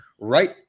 right